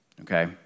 Okay